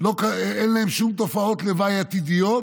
אין להם שום תופעות לוואי עתידיות,